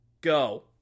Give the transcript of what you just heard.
Go